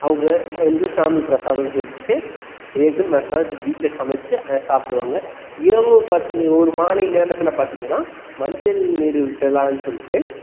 அவங்க வந்து சாமி பிரசாதம்னு சொல்லிட்டு எடுத்து மனதார வீட்டில் சமைச்சி அதை சாப்பிடுவாங்க இரவு பத் ஒரு மாலை நேரத்தில் பார்த்தீங்கன்னா மஞ்சள் நீரிட்டு விழான்னு சொல்லிட்டு